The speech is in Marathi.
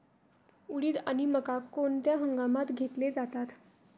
उडीद आणि मका कोणत्या हंगामात घेतले जातात?